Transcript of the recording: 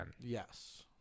Yes